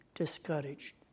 discouraged